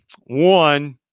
One